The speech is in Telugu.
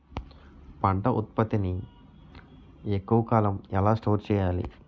పంట ఉత్పత్తి ని ఎక్కువ కాలం ఎలా స్టోర్ చేయాలి?